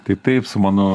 tai taip su mano